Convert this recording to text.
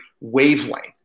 wavelength